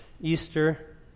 Easter